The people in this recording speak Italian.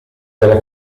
della